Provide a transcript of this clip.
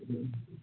हूँ